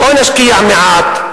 או נשקיע מעט,